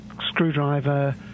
Screwdriver